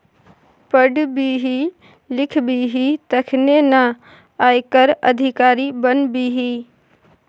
पढ़बिही लिखबिही तखने न आयकर अधिकारी बनबिही